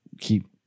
keep